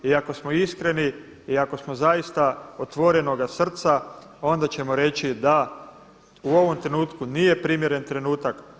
I ako smo iskreni i ako smo zaista otvorenoga srca onda ćemo reći da, u ovom trenutku nije primjeren trenutak.